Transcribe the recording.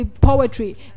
poetry